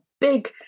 big